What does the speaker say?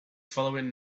following